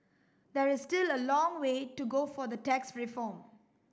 there is still a long way to go for the tax reform